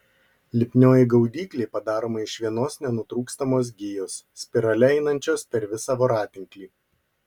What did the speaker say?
lipnioji gaudyklė padaroma iš vienos nenutrūkstamos gijos spirale einančios per visą voratinklį